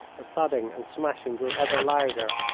the thudding and smashing grew ever louder.